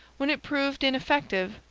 when it proved ineffective,